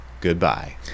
goodbye